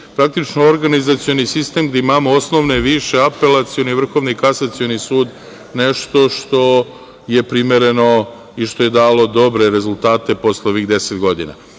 praktično organizacioni sistem, gde imamo osnovne, više, apelacione, Vrhovni i Kasacioni sud nešto što je primereno i što je dalo dobre rezultate posle ovih deset godina?